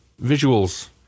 visuals